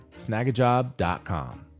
Snagajob.com